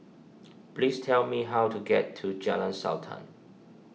please tell me how to get to Jalan Sultan